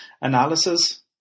analysis